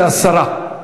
זה הסרה,